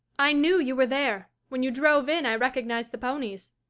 i knew you were there when you drove in i recognised the ponies.